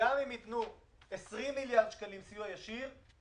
גם אם ייתנו 20 מיליארד שקלים סיוע ישיר,